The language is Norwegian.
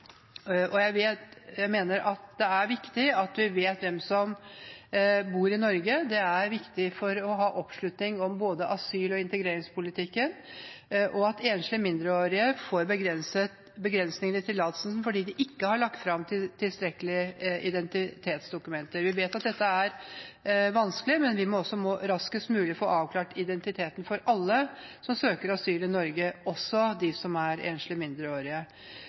Jeg mener at det er viktig at vi vet hvem som bor i Norge. Det er viktig for å ha oppslutning om både asyl- og integreringspolitikken at enslige mindreårige får begrensninger i tillatelsen fordi de ikke har lagt fram tilstrekkelige identitetsdokumenter. Vi vet at dette er vanskelig, men vi må også raskest mulig få avklart identiteten til alle som søker asyl i Norge, også dem som er enslige mindreårige.